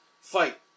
fight